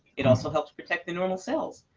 it also helps protect the normal cells.